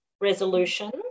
resolutions